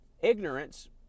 ignorance